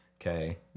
okay